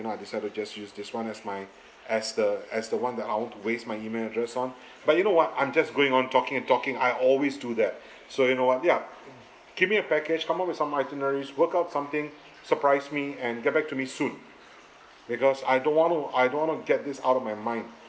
you know I decided to just use this [one] as my as the as the one that I won't waste my email address on but you know what I'm just going on talking and talking I always do that so you know what ya g~ give me a package come up with some itineraries work out something surprise me and get back to me soon because I don't want to I don't want to get this out of my mind